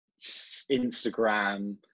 Instagram